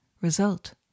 Result